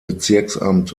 bezirksamt